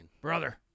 Brother